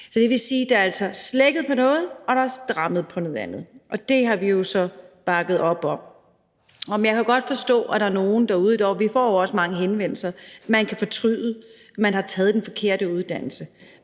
Det vil sige, at der altså er slækket på noget og der er strammet på noget andet, og det har vi jo så bakket op om. Jeg kan godt forstå, at der er nogle derude, og vi får jo også mange henvendelser, som kan have fortrudt, og som kan have taget den forkerte uddannelse,